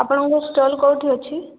ଆପଣଙ୍କ ଷ୍ଟଲ୍ କୋଉଠି ଅଛି